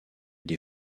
des